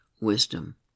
wisdom